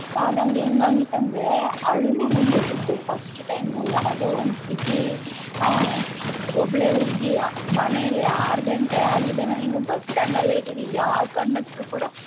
ನಂಗೆ ಹೆಂಗಾಗಿತ್ತಂದ್ರೆ ಅಳುನೇ ಬಂದುಬಿಟ್ಟಿತ್ತು ಫಸ್ಟ್ ಟೈಮು ಯಾವ್ದೋ ಒಂದು ಸಿಟಿ ಒಬ್ಬಳೇ ಹುಡ್ಗಿ ಮನೇಲ್ಲಿ ಆರು ಗಂಟೆ ಆಗಿದೆ ನಾನು ಇನ್ನೂ ಬಸ್ ಸ್ಟ್ಯಾಂಡಲ್ಲೇ ಇದ್ದೀನಿ ಯಾವ ಕಂಡಕ್ಟ್ರೂ ಕೂಡ